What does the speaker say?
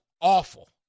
awful